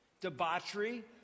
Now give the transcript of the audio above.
debauchery